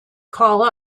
call